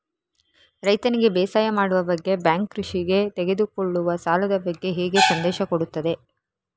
ರೈತನಿಗೆ ಬೇಸಾಯ ಮಾಡುವ ಬಗ್ಗೆ ಬ್ಯಾಂಕ್ ಕೃಷಿಗೆ ತೆಗೆದುಕೊಳ್ಳುವ ಸಾಲದ ಬಗ್ಗೆ ಹೇಗೆ ಸಂದೇಶ ಕೊಡುತ್ತದೆ?